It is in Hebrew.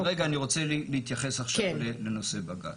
אבל רגע אני רוצה להתייחס עכשיו לנושא בג"צ.